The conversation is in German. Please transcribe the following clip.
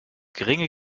geringe